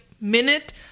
minute